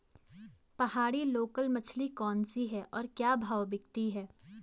पहाड़ी लोकल मछली कौन सी है और क्या भाव बिकती है?